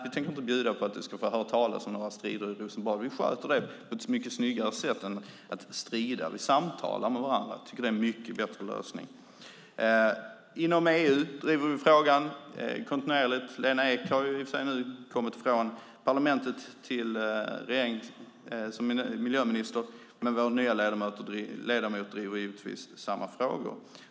Vi tänker inte bjuda på något tal om strider i Rosenbad. Vi sköter det mycket snyggare än att strida. Vi samtalar. Det är en mycket bättre lösning. Vi driver frågan inom EU. Lena Ek är visserligen inte kvar i parlamentet utan har kommit till regeringen som miljöminister, men vår nya ledamot driver givetvis samma frågor.